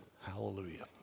Hallelujah